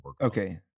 Okay